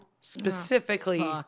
specifically